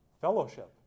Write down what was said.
fellowship